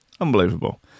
Unbelievable